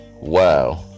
Wow